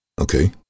Okay